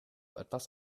etwas